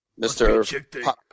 Mr